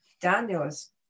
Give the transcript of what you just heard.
Daniels